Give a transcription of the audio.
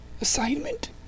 assignment